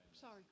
Sorry